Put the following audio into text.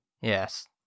Yes